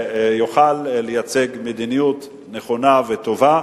ויוכל לייצג מדיניות נכונה וטובה,